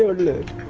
lose